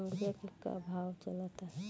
मुर्गा के का भाव चलता?